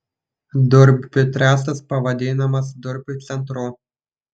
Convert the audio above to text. durpių trestas pavadinamas durpių centru